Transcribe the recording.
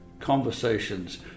conversations